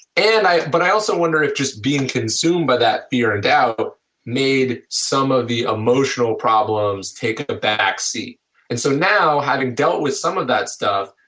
and but i also wonder if just being consumed by that fear and doubt made some of the emotional problems taking a back seat and so now having dealt with some of that stuff,